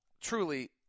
truly